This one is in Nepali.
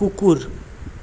कुकुर